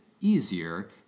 easier